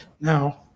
Now